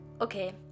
Okay